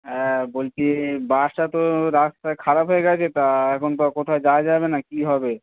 হ্যাঁ বলছি বাসটা তো রাস্তা খারাপ হয়ে গেছে তা এখন তো কোথায় যাওয়া যাবে না কী হবে